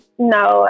No